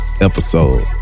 episode